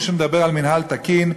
מי שמדבר על מינהל תקין,